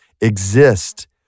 exist